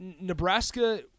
Nebraska